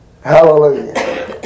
Hallelujah